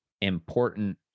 important